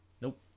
Nope